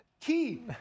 key